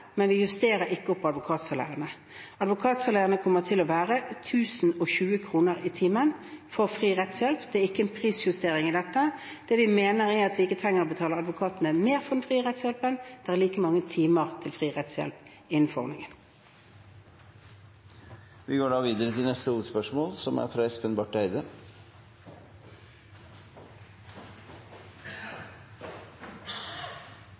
men vi justerer ikke opp advokatsalærene. Advokatsalærene kommer til å være 1 020 kr i timen for fri rettshjelp. Det er ikke noen prisjustering i dette. Det vi mener, er at vi ikke trenger å betale advokatene mer for den frie rettshjelpen – det er like mange timer til fri rettshjelp innenfor ordningen. Vi går videre til neste